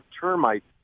termites